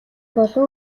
болов